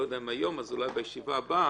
אני לא יודע אם היום, אז אולי בישיבה הבאה.